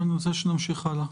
אני רוצה שנמשיך הלאה.